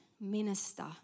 minister